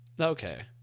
Okay